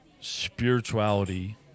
spirituality